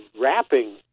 wrapping